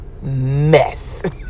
mess